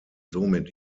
somit